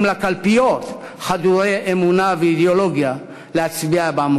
לקלפיות חדורי אמונה ואידיאולוגיה להצביע.